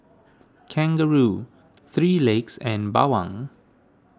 Kangaroo three Legs and Bawang